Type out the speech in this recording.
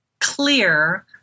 clear